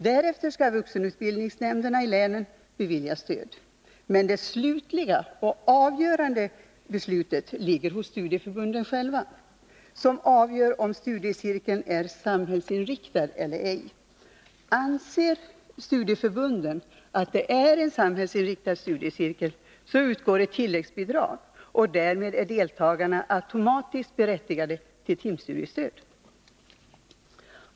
Därefter skall vuxenutbildningsnämnderna i länet bevilja stöd. Men det slutliga och avgörande beslutet ligger hos studieförbunden själva, som avgör om studiecirkeln är samhällsinriktad eller ej. Anser då studieförbunden att det är en samhällsinriktad studiecirkel så utgår ett tilläggsbidrag, och därmed är deltagarna automatiskt berättigade till timstudiestöd.